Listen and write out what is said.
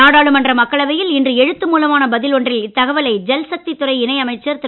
நாடாளுமன்ற மக்களவையில் இன்று எழுத்து மூலமான பதில் ஒன்றில் இத்தகவலை ஜல்சக்தி துணை இணை அமைச்சர் திரு